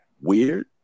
weird